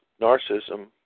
narcissism